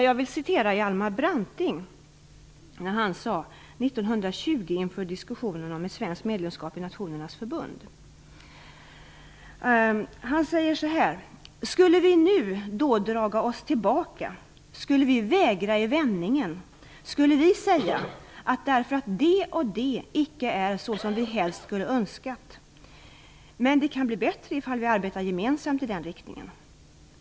Jag skall citera vad Hjalmar Branting sade 1920 inför diskussionen om ett svenskt medlemskap i ''Skulle vi nu då draga oss tillbaka, skulle vi vägra i vändningen, skulle vi säga, att därför att det och det icke är såsom vi helst skulle önskat -- men det kan bli bättre ifall vi arbeta gemensamt i den riktningen!